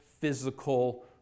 physical